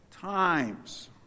times